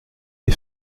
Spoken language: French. les